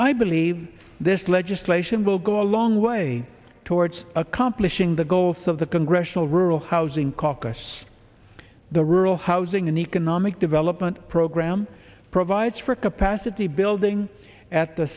i believe this legislation will go a long way towards accomplishing the goals of the congressional rural housing caucus the rural housing and economic development program provides for capacity building at the